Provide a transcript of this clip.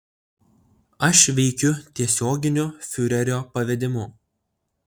aš veikiu tiesioginiu fiurerio pavedimu